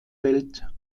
welt